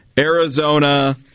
Arizona